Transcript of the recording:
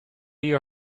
your